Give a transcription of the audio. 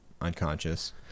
unconscious